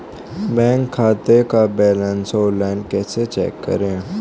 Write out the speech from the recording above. Bank खाते का balance online कैसे चेक करें?